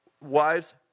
wives